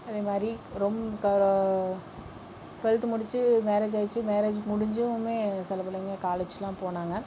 அதே மாதிரி ரொம்ப க டூவெல்த் முடிச்சி மேரேஜ் ஆகிடுச்சி மேரேஜ் முடிஞ்சியுமே சில பிள்ளைங்க காலேஜ்லாம் போனாங்கள்